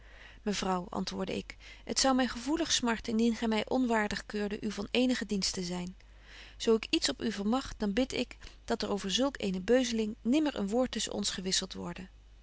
mevrouw antwoordde ik het zou my gevoelig smarten indien gy my onwaardig keurde u van eenigen dienst te zyn zo ik iets op u vermag dan bid ik dat er over zulk eene beuzeling nimmer een woord tusschen ons gewisselt worde